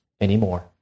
anymore